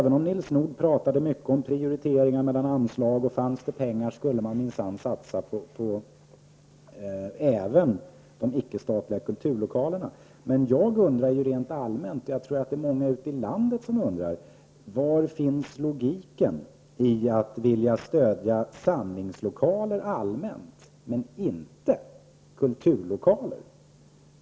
Nils Nordh pratade mycket om prioritering mellan anslag och sade att fanns det pengar skulle man minsann satsa även på de icke-statliga kulturlokalerna, men jag undrar, och jag tror att många ute i landet också undrar: Var finns logiken i att vilja stödja samlingslokaler allmänt men inte kulturlokaler?